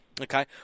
Okay